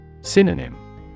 Synonym